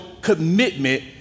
commitment